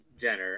Jenner